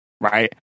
Right